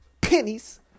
pennies